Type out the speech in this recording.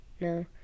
no